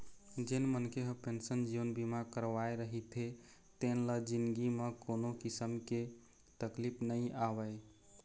जेन मनखे ह पेंसन जीवन बीमा करवाए रहिथे तेन ल जिनगी म कोनो किसम के तकलीफ नइ आवय